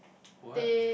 what